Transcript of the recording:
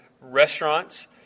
restaurants